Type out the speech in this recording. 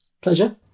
Pleasure